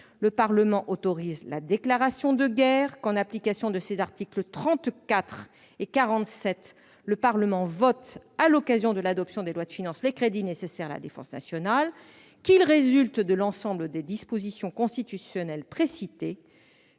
le Parlement autorise la déclaration de guerre ; qu'en application de ses articles 34 et 47, le Parlement vote, à l'occasion de l'adoption des lois de finances, les crédits nécessaires à la défense nationale ; considérant qu'il résulte de l'ensemble des dispositions constitutionnelles précitées